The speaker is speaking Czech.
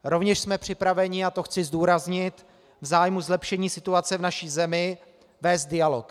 Rovněž jsme připraveni, a to chci zdůraznit, v zájmu zlepšení situace v naší zemi vést dialog.